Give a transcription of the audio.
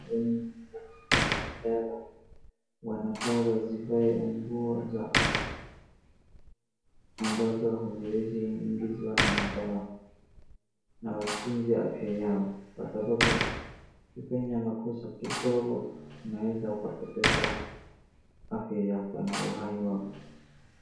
Wanaotengeneza madawa wanafaa wazivae nguo ambazo haziwezi ingizwa na madawa na watunze afya zao. Kwa sababu ukifanya makosa kidogo unaweza ukapoteza afya yako na uhai wako.